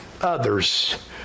others